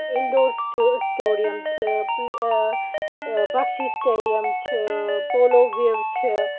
indoor سٹ stadium چھِ پٕلے بخشی سٹیڈیَم چھُ پولو وِو چھِ